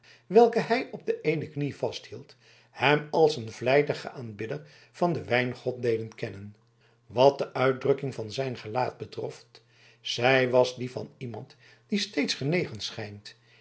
welke hij op de eene knie vasthield hem als een vlijtigen aanbidder van den wijngod deden kennen wat de uitdrukking van zijn gelaat betrof zij was die van iemand die steeds genegen schijnt